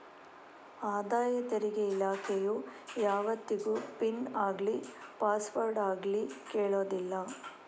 ಆದಾಯ ತೆರಿಗೆ ಇಲಾಖೆಯು ಯಾವತ್ತಿಗೂ ಪಿನ್ ಆಗ್ಲಿ ಪಾಸ್ವರ್ಡ್ ಆಗ್ಲಿ ಕೇಳುದಿಲ್ಲ